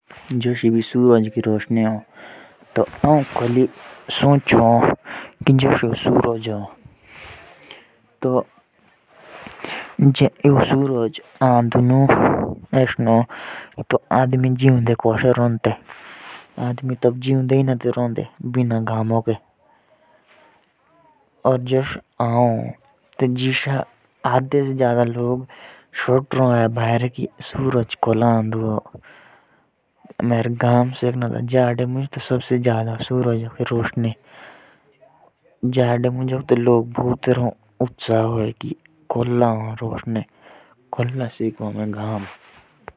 जोश आऊ सोचु कि जो सूरज ह तो यो रोज आओ ताइ पोछि डूब जाओ। अर जे सूरज होंदो ही नी तो का होदो तो। ऐनरो ही ऐनरो होदो तो सब ऐनरे ही मोरडे ते अर जोब सूरज आओ तो सबिये घाम भी सेकौ अर जिउदे भी रो।